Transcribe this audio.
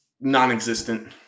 non-existent